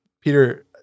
Peter